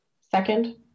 Second